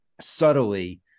subtly